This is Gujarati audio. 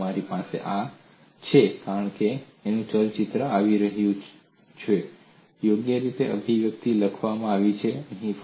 તેથી તમારી પાસે આ છે કારણ કે હું ચિત્રમાં આવી રહ્યો છું અને યોગ્ય રીતે આ અભિવ્યક્તિઓ લખવામાં આવી છે